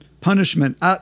punishment